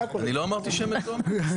לא אמרתי שהם מתואמים.